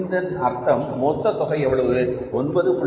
இதன் அர்த்தம் மொத்த தொகை என்பது 9